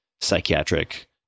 psychiatric